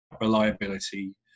reliability